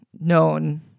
known